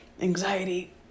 anxiety